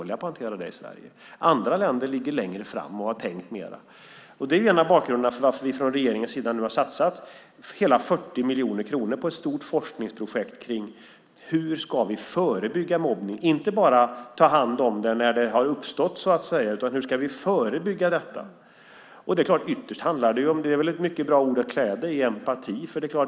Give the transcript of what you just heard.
Andra länder ligger längre fram och har tänkt mer. Det är hela bakgrunden till att vi från regeringens sida nu har satsat hela 40 miljoner kronor på ett stort forskningsprojekt om hur vi ska förebygga mobbning, inte bara ta hand om det när det har uppstått. Ytterst handlar det om det. Empati är väl ett mycket bra ord att klä det i.